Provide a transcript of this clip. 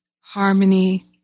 harmony